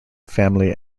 family